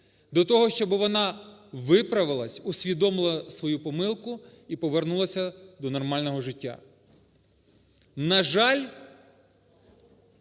до того, щоб вона виправилась, усвідомила свою помилку і повернулась до нормального життя. На жаль,